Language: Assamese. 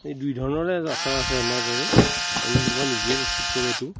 এই দুই ধৰণৰে আচাৰা আছে আমাৰ বাৰু মানে মই নিজে প্ৰস্তুত কৰোঁ এইটো